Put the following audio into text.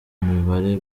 mibare